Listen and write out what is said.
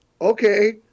okay